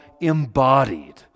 embodied